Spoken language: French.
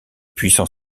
puissant